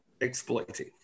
exploiting